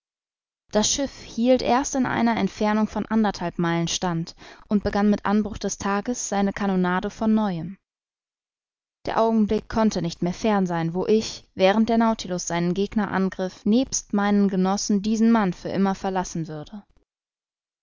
das schiff hielt erst in einer entfernung von anderthalb meilen stand und begann mit anbruch des tages seine kanonade von neuem der augenblick konnte nicht mehr fern sein wo ich während der nautilus seinen gegner angriff nebst meinen genossen diesen mann für immer verlassen würde